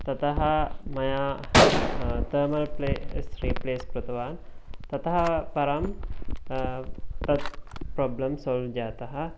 ततः मया thermal paste replace कृतवान् ततः परं तद् प्रोब्लं सोल्व् जातः